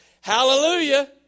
Hallelujah